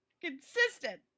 consistent